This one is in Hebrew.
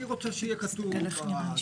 אני רוצה שיהיה כתוב בהתייעצות,